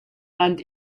and